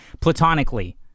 Platonically